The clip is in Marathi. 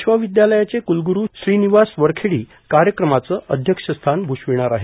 विश्वविद्यालयाचे कूलगुरू श्रीनिवास वरखेडी कार्यक्रमाचं अष्यक्षस्थान भूषविणार आहेत